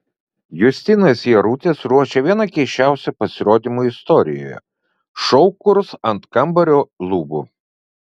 justinas jarutis ruošia vieną keisčiausių pasirodymų istorijoje šou kurs ant kambario lubų